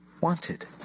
wanted